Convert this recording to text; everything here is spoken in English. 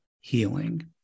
healing